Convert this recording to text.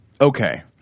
okay